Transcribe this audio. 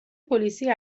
پلیسی